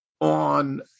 on